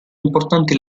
importanti